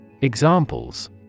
Examples